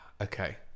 Okay